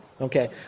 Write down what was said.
Okay